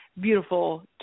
beautiful